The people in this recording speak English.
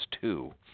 two